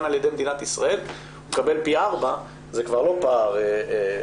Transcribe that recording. על-ידי מדינת ישראל ושם הוא מקבל פי 4. זה כבר לא פער קטן.